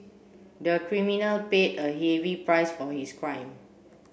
the criminal paid a heavy price for his crime